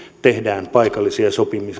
tehdään paikallisia